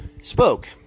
spoke